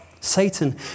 Satan